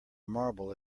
marble